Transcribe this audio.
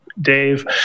Dave